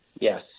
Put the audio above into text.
Yes